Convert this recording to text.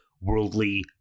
worldly